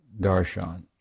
darshan